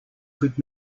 could